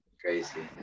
Crazy